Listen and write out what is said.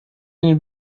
den